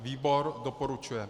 Výbor doporučuje.